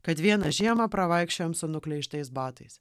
kad vieną žiemą pravaikščiojome su nukleiptais batais